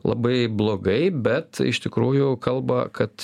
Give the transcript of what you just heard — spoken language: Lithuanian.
labai blogai bet iš tikrųjų kalba kad